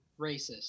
racist